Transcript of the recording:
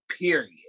period